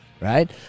right